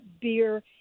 beer